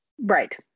Right